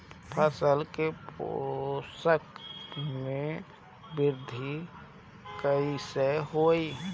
फसल के पोषक में वृद्धि कइसे होई?